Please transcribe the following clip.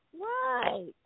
right